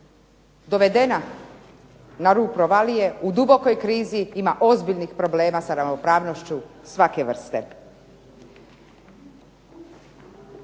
dovedena na rub provalije u dubokoj krizi ima ozbiljnih problema sa ravnopravnošću svake vrste.